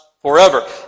forever